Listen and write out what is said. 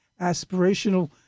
aspirational